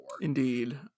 Indeed